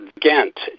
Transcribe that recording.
Ghent